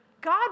God